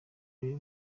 rero